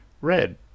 Red